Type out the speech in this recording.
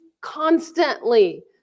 constantly